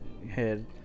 Head